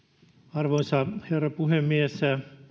arvoisa herra puhemies